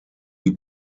die